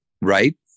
right